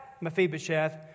Mephibosheth